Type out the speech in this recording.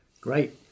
Great